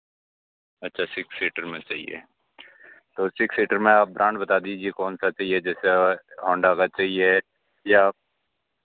अच्छा six seater में चाहिए तो सिक्स सीटर में आप ब्रांड बता दीजिए कौन सा चाहिए जैसे होंडा का चाहिए या